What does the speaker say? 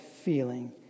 feeling